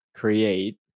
create